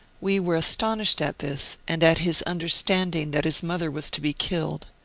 we were astonished at this, and at his understand ing that his mother was to be killed.